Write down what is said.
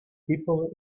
people